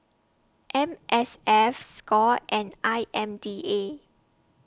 M S F SCORE and I M D A